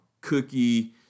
Cookie